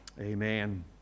Amen